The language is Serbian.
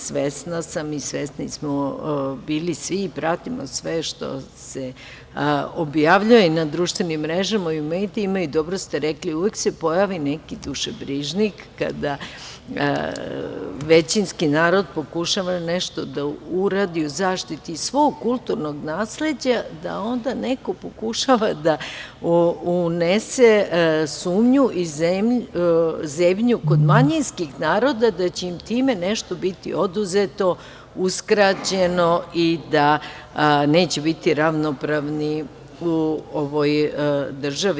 Svesna sam i svesni smo bili svi i pratimo sve što se objavljuje i na društvenim mrežama i u medijima i, dobro ste rekli, uvek se pojavi neki dušebrižnik kada većinski narod pokušava nešto da uradi u zaštiti svog kulturnog nasleđa da onda neko pokušava unese sumnju i zebnju kod manjinskih naroda da će im time nešto biti oduzeto, uskraćeno i da neće biti ravnopravni u ovoj državi.